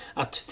att